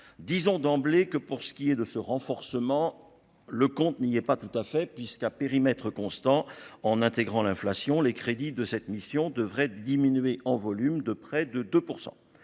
disons d'emblée que pour ce qui est de ce renforcement, le compte n'y est pas tout à fait puisque, à périmètre constant, en intégrant l'inflation, les crédits de cette mission devrait diminuer en volume de près de 2